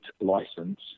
license